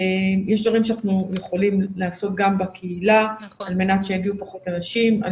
יש דברים שאנחנו יכולים לעשות גם בקהילה על מנת שיגיעו פחות אנשים על